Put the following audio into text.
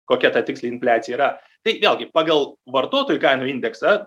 kokia tiksliai infliacija yra tai vėlgi pagal vartotojų kainų indeksą